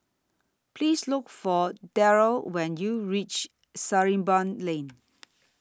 Please Look For Daryle when YOU REACH Sarimbun Lane